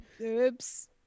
oops